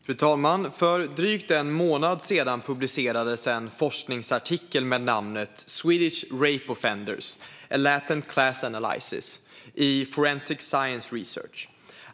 Fru talman! För drygt en månad sedan publicerades en forskningsartikel med namnet Swedish rape offenders - a latent class analysis i Forensic Sciences Research.